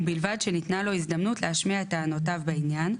ובלבד שניתנה לו הזדמנות להשמיע את טענותיו בעניין,